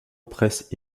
press